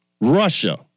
Russia